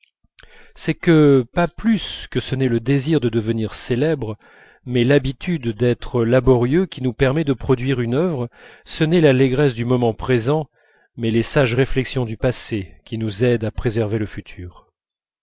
c'est que pas plus que ce n'est le désir de devenir célèbre mais l'habitude d'être laborieux qui nous permet de produire une œuvre ce n'est l'allégresse du moment présent mais les sages réflexions du passé qui nous aident à préserver le futur